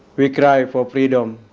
we cry for freedom,